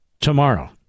Tomorrow